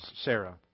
Sarah